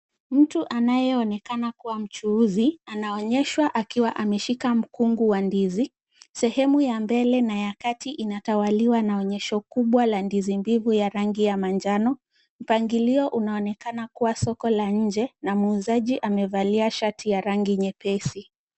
Mtu anayeonekana kuwa mchuuzi anaonyeshwa akiwa ameshika mkungu wa ndizi, sehemu ya mbele na ya kati inatawaliwa na onyesho kubwa la ndizi mbivu ya rangi ya manjano. Mpangilio unaonekana kuwa soko la nje, na muuzaji amevalia shati ya rangi nyepesi.